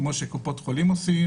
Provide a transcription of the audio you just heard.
כמו שקופות החולים עושות,